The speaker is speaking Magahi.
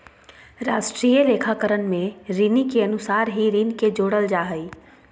राष्ट्रीय लेखाकरण में ऋणि के अनुसार ही ऋण के जोड़ल जा हइ